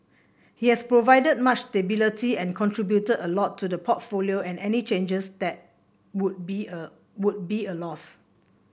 he has provided much stability and contributed a lot to the portfolio and any changes that would be a would be a loss